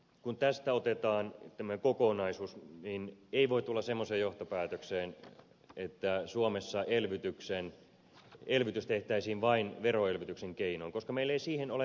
kun tästä otetaan tämmöinen kokonaisuus niin ei voi tulla semmoiseen johtopäätökseen että suomessa elvytys tehtäisiin vain veroelvytyksen keinoin koska meillä ei siihen ole varaa